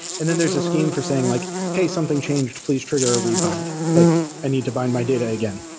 and then there's a scheme for saying like, hey, something changed. please trigger a rebind. like i need to bind my data again.